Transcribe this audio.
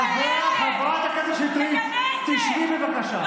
חברת הכנסת שטרית, תשבי, בבקשה.